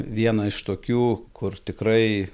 vieną iš tokių kur tikrai